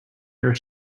your